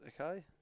Okay